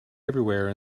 everywhere